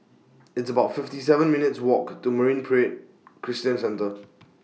It's about fifty seven minutes' Walk to Marine Parade Christian Centre